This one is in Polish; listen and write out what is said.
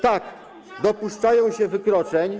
Tak, dopuszczają się wykroczeń.